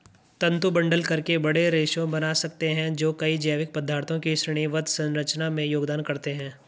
तंतु बंडल करके बड़े रेशे बना सकते हैं जो कई जैविक पदार्थों की श्रेणीबद्ध संरचना में योगदान करते हैं